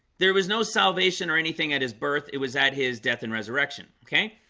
there was no salvation or anything at his birth. it was at his death and resurrection okay,